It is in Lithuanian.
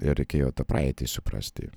ir reikėjo tą praeitį suprasti